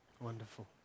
Wonderful